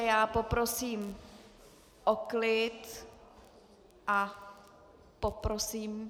Já poprosím o klid a poprosím...